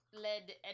led